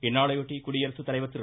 இந்நாளையொட்டி குடியரசு தலைவர் திரு